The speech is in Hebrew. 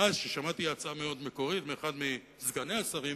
מס, שמעתי הצעה מאוד מקורית מאחד מסגני השרים,